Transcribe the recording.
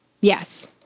Yes